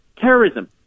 terrorism